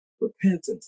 repentance